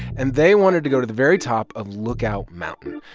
and they wanted to go to the very top of lookout mountain.